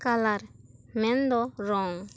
colour ᱢᱮᱱ ᱫᱚ ᱨᱚᱝ